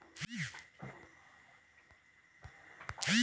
जब समय पर लोन जमा न करवई तब खाता में से पईसा काट लेहई?